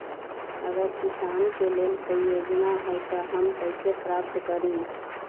अगर किसान के लेल कोई योजना है त हम कईसे प्राप्त करी?